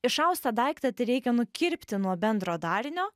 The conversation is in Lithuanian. išaustą daiktą tereikia nukirpti nuo bendro darinio